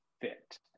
fit